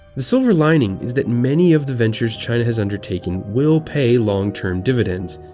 the silver lining is that many of the ventures china has undertaken will pay long-term dividends,